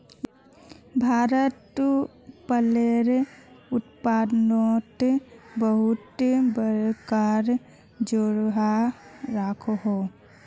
भारत फलेर उत्पादनोत बहुत बड़का जोगोह राखोह